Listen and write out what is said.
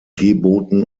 geboten